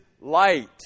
light